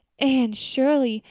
anne shirley,